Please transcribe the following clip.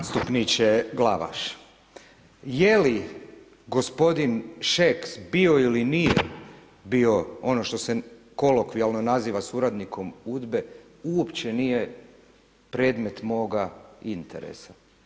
Zastupniče Glavaš, je li gospodin Šeks bio ili nije bio ono što se kolokvijalno naziva suradnikom UDBA-e uopće nije predmet moga interesa.